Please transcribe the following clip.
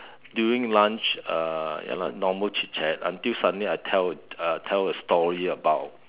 during lunch uh ya lah normal chit chat until suddenly I tell uh tell a story about